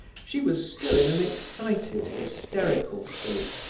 she was still in an excited, hysterical state,